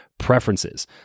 Preferences